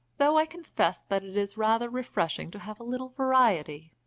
though i confess that it is rather refreshing to have a little variety.